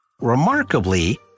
Remarkably